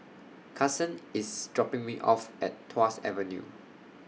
Kason IS dropping Me off At Tuas Avenue